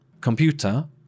computer